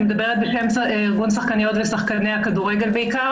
אני מדברת בשם ארגון שחקניות ושחקני הכדורגל בעיקר,